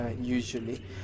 usually